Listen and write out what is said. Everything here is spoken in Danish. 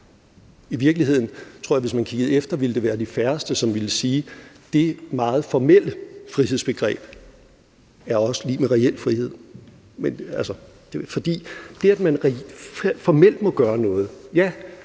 I virkeligheden tror jeg, at hvis man kiggede efter, ville det være de færreste, som ville sige: Det meget formelle frihedsbegreb er også lig med reel frihed. For i forhold til det, at man formelt må gøre noget: Ja,